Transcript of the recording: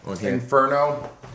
Inferno